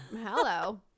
Hello